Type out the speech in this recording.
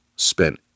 spent